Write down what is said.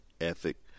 ethic